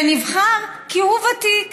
שנבחר כי הוא ותיק,